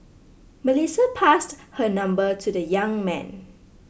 Melissa passed her number to the young man